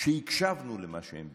שהקשבנו למה שהן ביקשו.